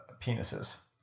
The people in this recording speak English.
penises